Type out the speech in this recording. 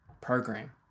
program